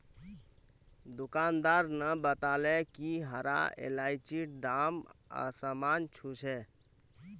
दुकानदार न बताले कि हरा इलायचीर दाम आसमान छू छ